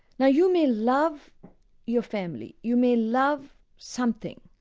now you may love your family, you may love something,